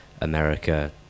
America